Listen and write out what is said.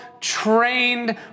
trained